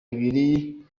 ibiri